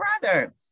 brother